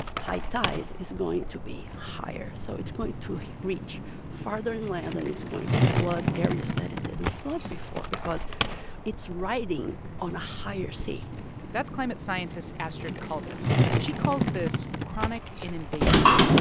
high tide is going to be higher. so it's going to reach farther inland, and it's going to flood areas that it didn't flood before because it's riding on a higher sea that's climate scientist astrid caldas, and she calls this chronic inundation.